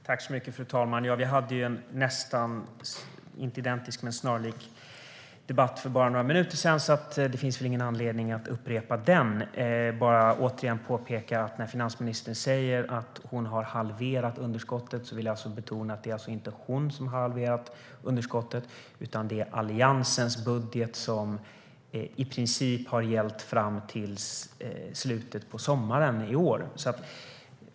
Fru talman! Vi hade en snarlik debatt för bara några minuter sedan, och det finns ingen anledning att upprepa den. Finansministern sa att hon har halverat underskottet, men jag vill återigen påpeka och betona att det inte är hon som har halverat underskottet. Det är Alliansens budget som har gällt i princip fram till slutet av sommaren.